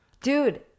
Dude